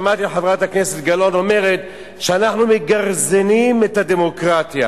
שמעתי את חברת הכנסת גלאון אומרת שאנחנו מגרזנים את הדמוקרטיה.